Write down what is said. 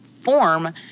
form